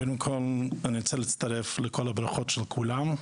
קודם כול, אני רוצה להצטרף לברכות של כולם,